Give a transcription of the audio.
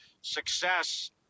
success